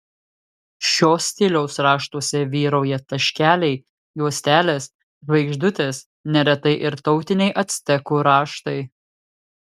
šio stiliaus raštuose vyrauja taškeliai juostelės žvaigždutės neretai ir tautiniai actekų raštai